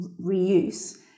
reuse